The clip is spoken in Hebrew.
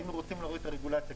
היינו רוצים להוריד את הרגולציה,